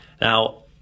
Now